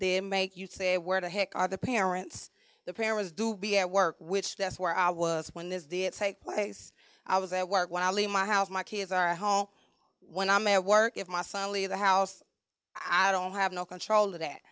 they make you say where the heck are the parents the parents do be at work which that's where i was when this the it's a place i was at work when i leave my house my kids are at home when i'm at work if my son leave the house i don't have no control of that